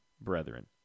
Brethren